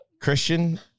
Christian